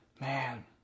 man